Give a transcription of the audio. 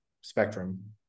spectrum